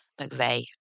McVeigh